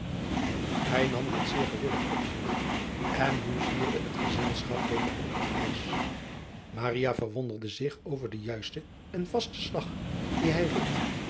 ij nam dit zeer gewillig op zich en nu zwierde het gezelschap weder over het ijs verwonderde zich over den juisten en vasten slag dien hij reed